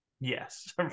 Yes